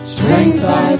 Strength